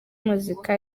muzika